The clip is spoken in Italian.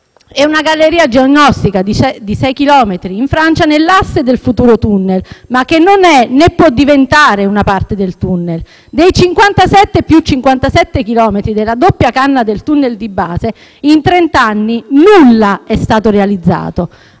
e una galleria geognostica di 6 chilometri in Francia, nell'asse del futuro *tunnel*, ma che non è, né può diventare una parte del *tunnel*. Dei 57 più 57 chilometri della doppia canna del *tunnel* di base in trent'anni nulla è stato realizzato.